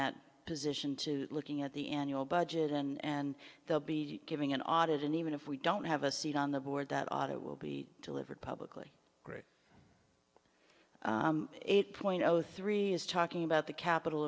that position to looking at the end your budget and they'll be giving an audit and even if we don't have a seat on the board that audit will be delivered publicly great eight point zero three is talking about the capital